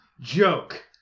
Joke